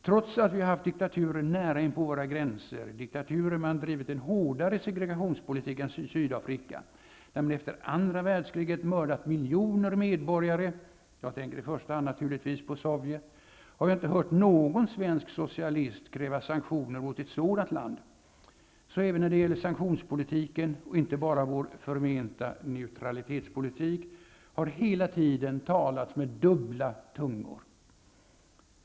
Trots att vi haft diktaturer nära inpå våra gränser, diktaturer där man drivit en hårdare segregationspolitik än i Sydafrika och där man efter andra världskriget mördat miljoner medborgare -- jag tänker i första hand naturligtvis på Sovjet -- har jag inte hört någon svensk socialist kräva sanktioner mot ett sådant land. Så när det gäller sanktionspolitiken -- och inte bara vår förmenta neutralitetspolitik -- har det hela tiden talats med dubbla tungor.